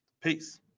Peace